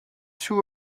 two